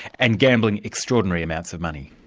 and gambling extraordinary amounts of money?